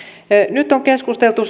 nyt on keskusteltu